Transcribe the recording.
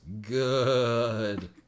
good